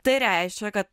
tai reiškia kad